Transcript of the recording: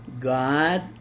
God